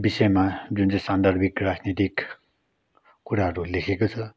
विषयमा जुन चाहिँ सान्दर्भिक राजनीतिक कुराहरू लेखेको छ